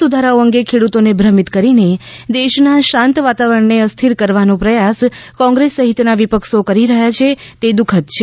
સુધારાઓ અંગે ખેડૂતોને ભ્રમિત કરીને દેશના શાંત વાતાવરણને અસ્થિર કરવાનો પ્રયાસ કોંગ્રેસ સહિતના વિપક્ષો કરી રહ્યાં છે તે દુઃખદ છે